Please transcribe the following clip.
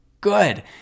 good